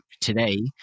today